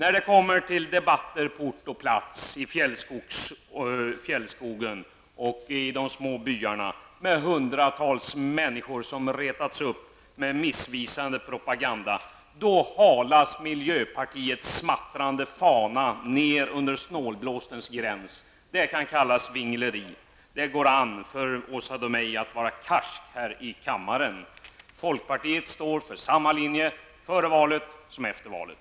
När det kommer till debatter på ort och plats i fjällskogen och i de små byarna med hundratals människor som har retats upp med missvisande propaganda, då halas miljöpartiets smattrande fana ner under snålblåstens gräns. Det kan kallas vingleri. Det går an för Åsa Domeij att vara karsk här i kammaren. Folkpartiet står fast vid samma linje efter valet som före valet.